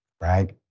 right